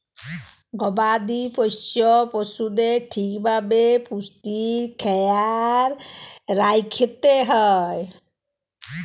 গবাদি পশ্য পশুদের ঠিক ভাবে পুষ্টির খ্যায়াল রাইখতে হ্যয়